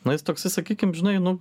na jis toksai sakykim žinai nu